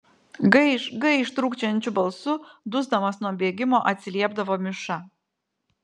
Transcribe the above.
gaiš gaiš trūkčiojančiu balsu dusdamas nuo bėgimo atsiliepdavo miša